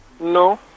No